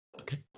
okay